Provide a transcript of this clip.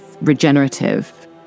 regenerative